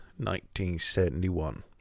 1971